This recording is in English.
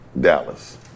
dallas